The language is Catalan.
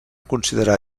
considerar